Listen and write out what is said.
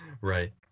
Right